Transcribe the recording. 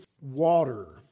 water